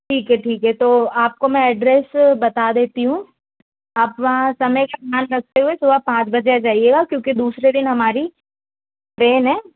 ठीक है ठीक है है तो आपको मैं एड्रेस बता देती हूँ आप वहाँ समय का ध्यान रखते हुए सुबह पाँच बजे आ जाइएगा क्योंकि दूसरे दिन हमारी ट्रेन है